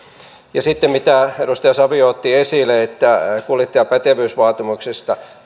ja kun edustaja savio otti esille että kuljettajan pätevyysvaatimuksia